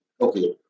okay